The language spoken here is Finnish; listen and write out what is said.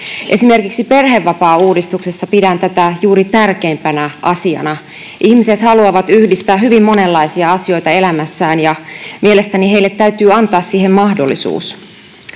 Esimerkiksi perhevapaauudistuksessa pidän tätä juuri tärkeimpänä asiana. Ihmiset haluavat yhdistää hyvin monenlaisia asioita elämässään, ja mielestäni heille täytyy antaa siihen mahdollisuus.